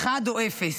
אחד או אפס,